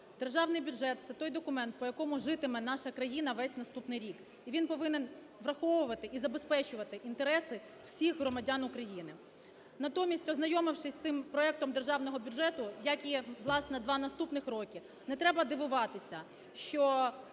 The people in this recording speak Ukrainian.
Державний бюджет – це той документ, по якому житиме наша країна весь наступний рік. І він повинен враховувати і забезпечувати інтереси всіх громадян України. Натомість, ознайомившись з цим проектом Державного бюджету, як і, власне, два наступних роки, не треба дивуватися, що